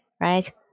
right